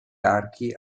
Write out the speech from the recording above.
archi